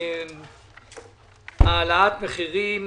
העלאת מחירים